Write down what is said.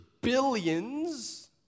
billions